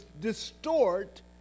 distort